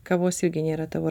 kavos irgi nėra tavo